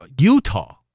utah